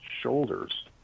shoulders